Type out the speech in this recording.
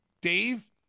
dave